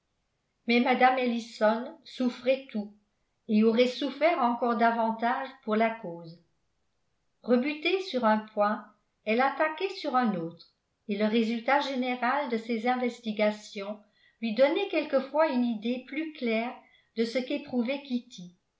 mais mme ellison souffrait tout et aurait souffert encore davantage pour la cause rebutée sur un point elle attaquait sur un autre et le résultat général de ses investigations lui donnait quelquefois une idée plus claire de ce qu'éprouvait kitty